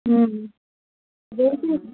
వేసి